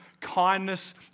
kindness